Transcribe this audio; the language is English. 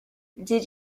did